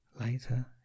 later